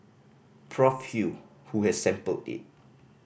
Prof Hew who has sampled it